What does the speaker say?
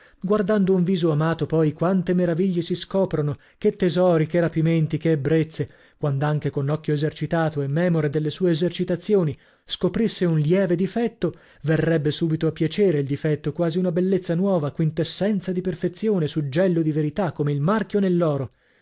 guardando un viso amato poi quante meraviglie si scoprono che tesori che rapimenti che ebbrezze quand'anche un occhio esercitato e memore delle sue esercitazioni scoprisse un lieve difetto verrebbe subito a piacere il difetto quasi bellezza nuova quintessenza di perfezione suggello di verità come il marchio nell'oro